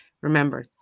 Remember